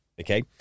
Okay